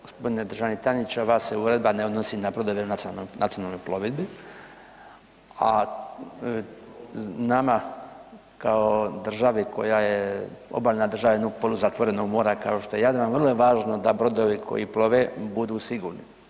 Gospodine državni tajniče ova se uredba ne odnosi na brodove u nacionalnoj plovidbi, a nama kao državi koja je obalna država jednog poluzatvorenog mora kao što je Jadran vrlo je važno da brodovi koji plove budu sigurni.